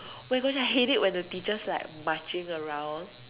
we're gonna hate it when the teachers like marching around